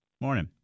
Morning